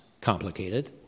complicated